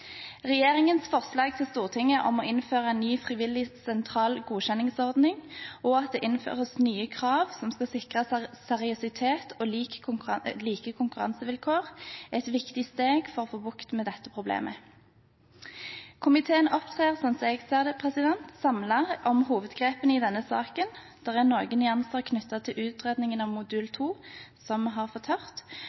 Regjeringens forslag til Stortinget om å innføre en ny frivillig sentral godkjenningsordning og at det innføres nye krav som skal sikre seriøsitet og like konkurransevilkår, er et viktig steg for å få bukt med dette problemet. Komiteen opptrer, slik jeg ser det, samlet om hovedgrepene i denne saken. Det er, som vi har hørt, noen nyanser knyttet til utredningen av modul 2, som omhandler foretak som ikke har